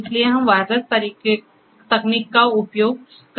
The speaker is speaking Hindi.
इसलिए हम वायरलेस तकनीक का उपयोग कर सकते हैं